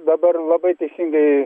dabar labai teisingai